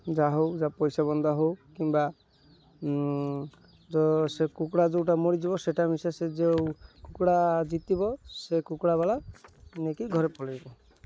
ଯାହା ହେଉ ଯାହା ପଇସା ବନ୍ଧା ହେଉ କିମ୍ବା ସେ କୁକୁଡ଼ା ଯେଉଁଟା ମାଡ଼ିଯିବ ସେଟା ମିଶା ସେ ଯେଉଁ କୁକୁଡ଼ା ଜିତିବ ସେ କୁକୁଡ଼ା ବାଲା ନେଇକି ଘରେ ପଳାଇବ